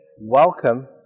welcome